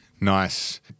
Nice